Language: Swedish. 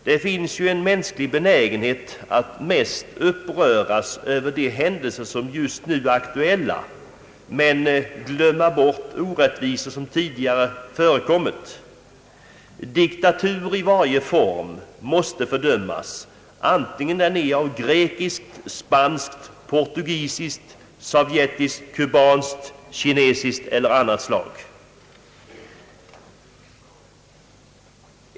Det finns en mänsklig benägenhet att mest uppröras över de händelser som just nu är aktuella men glömma bort orättvisor som skett tidigare. Diktatur i varje form måste fördömas, antingen den är av grekisk, spansk, portugisisk, sovjetisk, kubansk, kinesisk eller annan art.